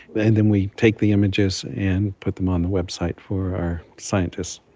and then we take the images and put them on the website for our scientists.